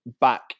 back